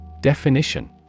Definition